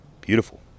Beautiful